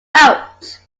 out